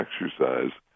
exercise